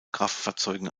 kraftfahrzeugen